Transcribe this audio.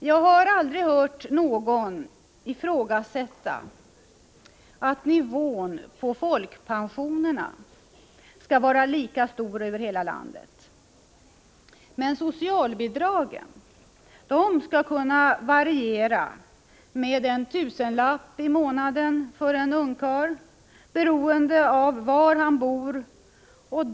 Jag har aldrig hört någon ifrågasätta att nivån på folkpensionerna skall vara densamma över hela landet. Men socialbidragen skall kunna variera med en tusenlapp i månaden för en ungkarl, beroende på var han bor.